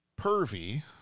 pervy